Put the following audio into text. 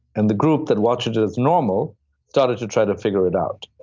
and the group that watched it as normal started to try to figure it out.